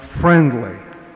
friendly